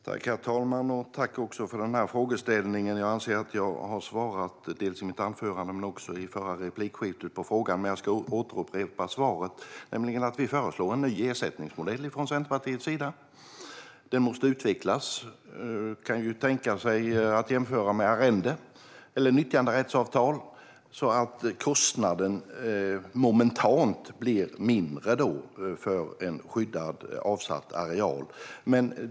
Herr talman! Tack, Stina Bergström, för frågeställningen! Jag anser att jag har svarat på frågan, dels i mitt anförande, dels i det förra replikskiftet, men jag ska återupprepa svaret. Vi föreslår från Centerpartiets sida en ny ersättningsmodell. Den måste utvecklas. Man kan tänka sig att jämföra med arrende eller nyttjanderättsavtal, så att kostnaden momentant blir mindre för en avsatt skyddad areal.